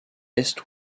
est